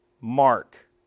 Mark